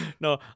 No